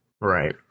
Right